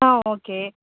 ஆ okay